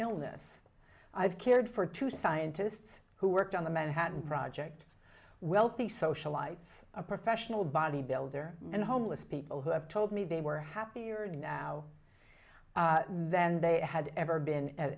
illness i've cared for two scientists who worked on the manhattan project wealthy socialites a professional body builder and homeless people who have told me they were happier now than they had ever been